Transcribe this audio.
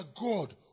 God